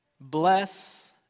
Bless